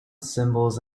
symbols